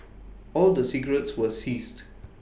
all the cigarettes were seized